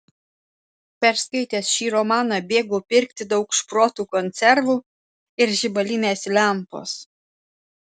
perskaitęs šį romaną bėgau pirkti daug šprotų konservų ir žibalinės lempos